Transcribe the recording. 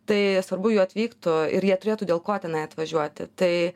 tai svarbu jų atvyktų ir jie turėtų dėl ko tenai atvažiuoti tai